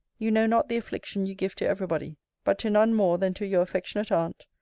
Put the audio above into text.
you know not the affliction you give to every body but to none more than to your affectionate aunt,